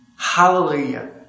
Hallelujah